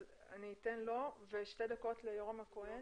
אז אני אתן שתי דקות ליורם הכהן.